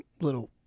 little